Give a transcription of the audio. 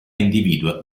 individua